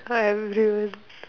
ah everyone